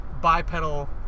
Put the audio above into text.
bipedal